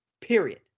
period